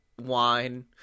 Wine